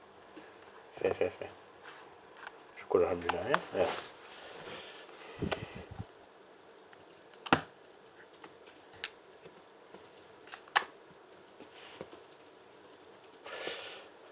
fair fair fair